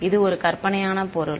இது ஒரு கற்பனையான பொருள்